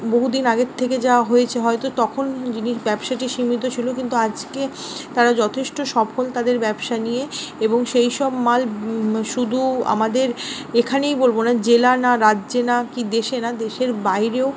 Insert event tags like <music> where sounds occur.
বহুদিন আগের থেকে যা হয়েছে হয়তো তখন <unintelligible> ব্যবসাটি সীমিত ছিল কিন্তু আজকে তারা যথেষ্ট সফল তাদের ব্যবসা নিয়ে এবং সেইসব মাল শুধু আমাদের এখানেই বলব না জেলা না রাজ্যে না কী দেশে না দেশের বাইরেও